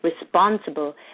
responsible